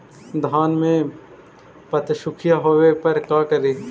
धान मे पत्सुखीया होबे पर का करि?